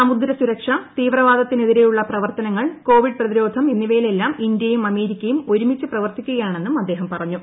സമുദ്ര സുരക്ഷ തീവ്രവാദത്തിനെതിരെയുള്ള പ്രവർത്തനങ്ങൾ കോവിഡ് പ്രതിരോധം എന്നിവയിലെല്ലാം ഇന്ത്യയും അമേരിക്കയും ഒരുമിച്ച് പ്രവർത്തിക്കുകയാണെന്നും അദ്ദേഹം പറഞ്ഞു